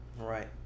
right